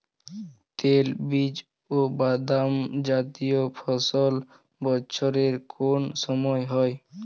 তৈলবীজ ও বাদামজাতীয় ফসল বছরের কোন সময় হয়?